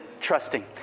trusting